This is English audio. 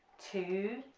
two,